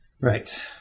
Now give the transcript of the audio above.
Right